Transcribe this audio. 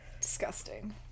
Disgusting